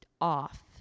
off